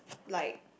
like